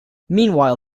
meanwhile